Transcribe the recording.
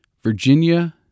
Virginia